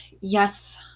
Yes